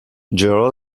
gerald